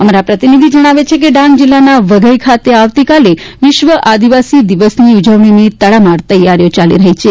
અમારા પ્રતિનિધિ જણાવે છે કે ડાંગ જીલ્લાના વઘઈ ખાતે આવતીકાલે વિશ્વ આદિવાસી દિવસની ઉજવણીની તડામાર તૈયારીઓ ચાલી રહી છે